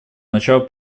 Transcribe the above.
начало